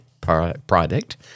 product